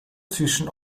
zwischen